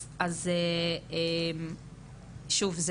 אז שוב,